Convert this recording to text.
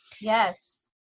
Yes